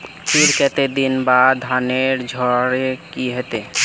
फिर केते दिन बाद धानेर झाड़े के होते?